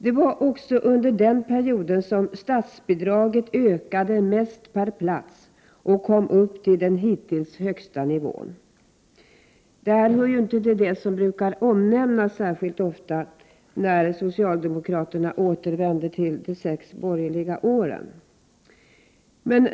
Det var också under den perioden som statsbidraget per plats ökade mest och kom upp till den hittills högsta nivån. Detta hör inte till det som brukar omnämnas särskilt ofta från socialdemokraterna sedan de återvände efter de sex borgerliga åren.